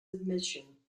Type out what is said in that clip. admission